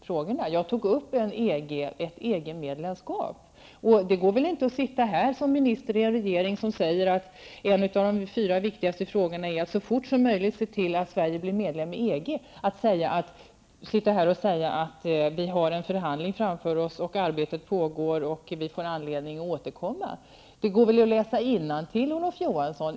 frågor. Jag tog upp ett EG-medlemskap. Det går väl inte att sitta här, som minister i en regering som säger att en av de fyra viktigaste frågorna är att så fort som möjligt se till att Sverige blir medlem i EG, och samtidigt säga att vi har en förhandling framför oss, arbetet pågår, vi får anledning att återkomma. Man kan väl läsa innantill, Olof Johansson.